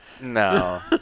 No